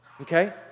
okay